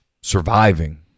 surviving